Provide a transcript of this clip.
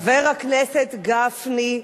חבר הכנסת גפני,